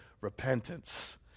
repentance